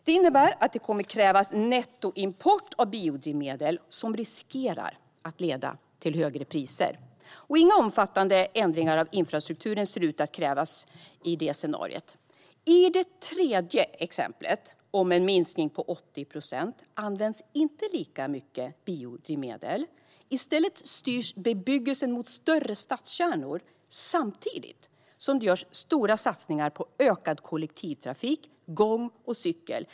Det innebär att det kommer att krävas nettoimport av biodrivmedel, vilket riskerar att leda till högre priser. Inga omfattande ändringar i infrastrukturen ser ut att krävas i det scenariot. I det tredje scenariot beskrivs en minskning om 80 procent där det inte används lika mycket biodrivmedel. I stället styrs bebyggelsen mot större stadskärnor, samtidigt som det görs stora satsningar på ökad kollektiv, gång och cykeltrafik.